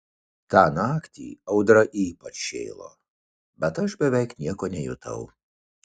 tą naktį audra ypač šėlo bet aš beveik nieko nejutau